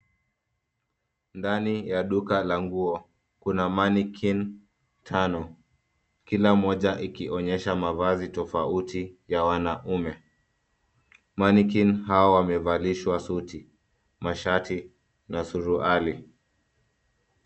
Ndani ya duka la nguo kuna [cs[mannequin tano, kila moja ikionyesha mavazi tofauti ya wanaume. mannequin hawa wamevalishwa suti, mashati na suruali.